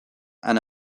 and